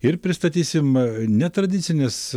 ir pristatysim netradicines